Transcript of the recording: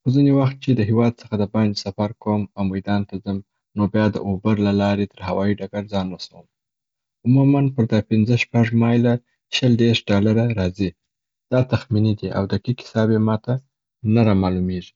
خو ځيني وخت چې د هیواد څخه د باندي سفر کوم او میدان ته ځم نو بیا د اوبر له لارې تر هوايي ډکر ځان رسوم. عموماً پر دا پنځه شپږ مایله شل دریش ډالره راځي. دا تخمیني دی او دقیق حساب یې ماته نه را معلومیږي.